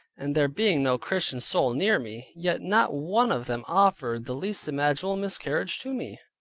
and there being no christian soul near me yet not one of them offered the least imaginable miscarriage to me.